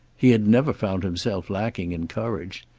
he had never found himself lacking in courage.